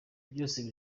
byose